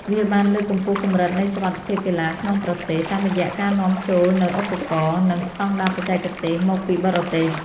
វាបានលើកកម្ពស់កម្រិតនៃសុវត្ថិភាពកីឡាក្នុងប្រទេស តាមរយៈការនាំចូលនូវឧបករណ៍ និងស្ដង់ដារបច្ចេកទេសមកពីបរទេស។